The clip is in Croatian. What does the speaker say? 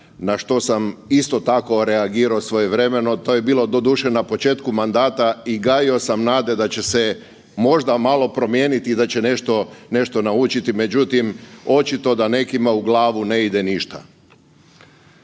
na što sam isto tako reagirao svojevremeno, to je bilo doduše na početku mandata i gajio sam nade da će se možda malo promijeniti i da će nešto naučiti, međutim očito da nekima u glavu ne ide ništa.